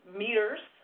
meters